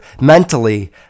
Mentally